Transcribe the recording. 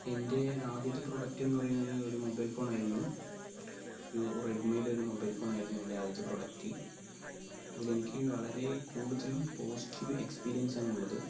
എൻ്റെ ആദ്യത്തെ പ്രോഡക്റ്റെന്നു പറയുന്നത് ഒരു മൊബൈൽ ഫോണായിരുന്നു ഒരു റെഡ്മിയുടെ ഒരു മൊബൈൽ ഫോണായിരുന്നു എൻ്റെ ആദ്യത്തെ പ്രോഡക്റ്റ് അതിലെനിക്ക് വളരെ കൂടുതലും പോസിറ്റീവ് എക്സ്പീരിയൻസാണ് ഉള്ളത്